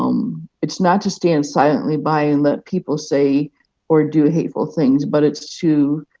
um it's not to stand silently by and let people say or do hateful things, but it's to,